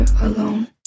alone